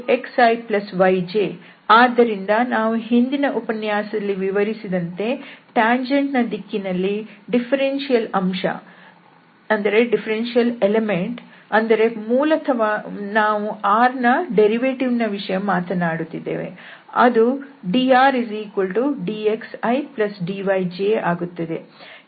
rxiyj ಆದ್ದರಿಂದ ನಾವು ಹಿಂದಿನ ಉಪನ್ಯಾಸದಲ್ಲಿ ವಿವರಿಸಿದಂತೆ ಟ್ಯಾಂಜೆಂಟ್ ನ ದಿಕ್ಕಿನಲ್ಲಿ ಡಿಫರೆನ್ಷಿಯಲ್ ಅಂಶ ಅಂದರೆ ಮೂಲತಃ ನಾವು r ನ ವ್ಯುತ್ಪನ್ನ ದ ವಿಷಯ ಮಾತನಾಡುತ್ತಿದ್ದೇವೆ ಅದು drdxidyj ಆಗುತ್ತದೆ